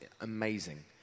amazing